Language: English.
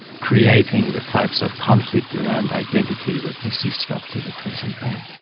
creating the types of conflict around identity that persist up to the present day.